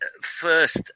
first